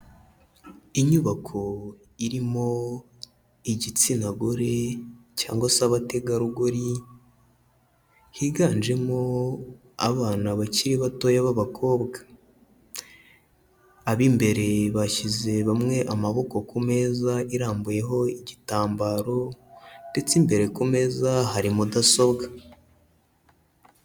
Inyubako irimo igitsina gore cyangwa se abategarugori, higanjemo abana bakiri bato b'abakobwa, ab'imbere bashyize hamwe amaboko ku meza irambuyeho igitambaro, ndetse imbere ku meza hari mudasobwa.